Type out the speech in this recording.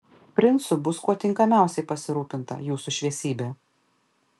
princu bus kuo tinkamiausiai pasirūpinta jūsų šviesybe